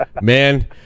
man